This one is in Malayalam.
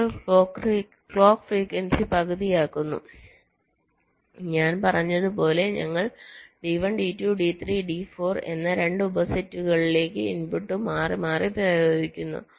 ഞങ്ങൾ ക്ലോക്ക് ഫ്രീക്വൻസി പകുതിയാക്കുന്നു ഞാൻ പറഞ്ഞതുപോലെ ഞങ്ങൾ D1 D2 D3 D4 എന്ന 2 ഉപസെറ്റുകളിലേക്ക് ഇൻപുട്ട് മാറിമാറി പ്രയോഗിക്കുന്നു